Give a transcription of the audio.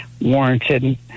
warranted